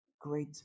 great